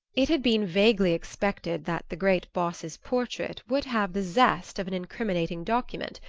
it had been vaguely expected that the great boss's portrait would have the zest of an incriminating document,